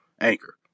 Anchor